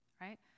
Right